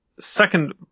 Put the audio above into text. second